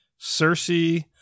Cersei